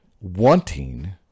wanting